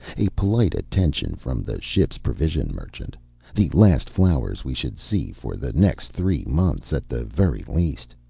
a polite attention from the ship's provision merchant the last flowers we should see for the next three months at the very least.